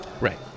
Right